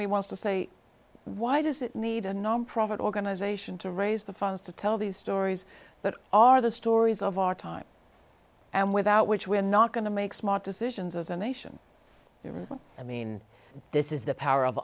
me wants to say why does it need a nonprofit organization to raise the funds to tell these stories that are the stories of our time and without which we're not going to make smart decisions as a nation you know what i mean this is the power of